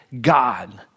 God